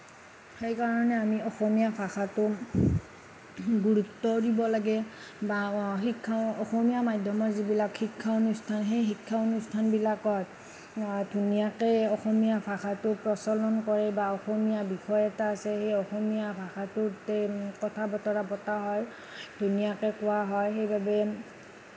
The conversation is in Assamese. সেইকাৰণে আমি অসমীয়া ভাষাটো গুৰুত্ব দিব লাগে বা শিক্ষা অসমীয়া মাধ্যমৰ যিবিলাক শিক্ষা অনুষ্ঠান সেই শিক্ষা অনুষ্ঠানবিলাকত ধুনীয়াকৈ অসমীয়া ভাষাটো প্ৰচলন কৰে বা অসমীয়া বিষয় এটা আছে সেই অসমীয়া ভাষাটোতেই কথা বতৰা পতা হয় ধুনীয়াকৈ কোৱা হয় সেইবাবে